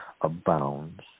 abounds